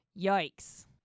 Yikes